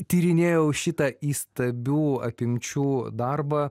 tyrinėjau šitą įstabių apimčių darbą